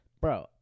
bro